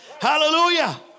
Hallelujah